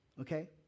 okay